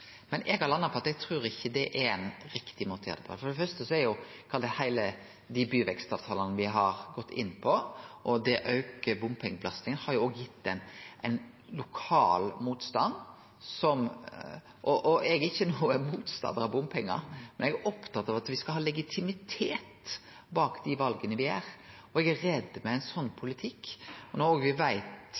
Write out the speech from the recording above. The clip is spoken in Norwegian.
Men eg har landa på at eg trur ikkje det er ein riktig måte å gjere det på. For det første har dei byvekstavtalane me har gått inn på, og det å auke bompengebelastninga gitt ein lokal motstand. Eg er ikkje nokon motstandar av bompengar, men eg er opptatt av at me skal ha legitimitet bak dei vala me gjer. Eg er redd for at ein sånn politikk,